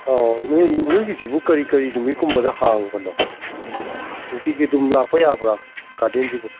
ꯑꯣ ꯅꯣꯏꯒꯤꯁꯤꯕꯨ ꯀꯔꯤ ꯀꯔꯤ ꯅꯨꯃꯤꯠꯀꯨꯝꯕꯗ ꯍꯥꯡꯕꯅꯣ ꯅꯨꯡꯇꯤꯒꯤ ꯑꯗꯨꯝ ꯂꯥꯛꯄ ꯌꯥꯕ꯭ꯔꯥ ꯒꯥꯔꯗꯦꯟꯁꯤꯕꯣ